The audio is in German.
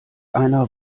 einer